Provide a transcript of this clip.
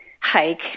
hike